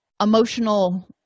emotional